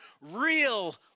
real